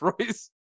Royce